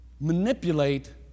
manipulate